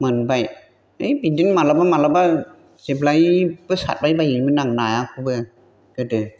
मोनबाय है बिदिनो माब्लाबा माब्लाबा जेब्लायबो सारबाय बायोमोन आं नायाखौबो गोदो